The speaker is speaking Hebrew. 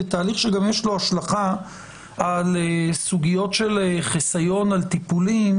זהו תהליך שיש לו השלכה על סוגיות של חיסיון על טיפולים,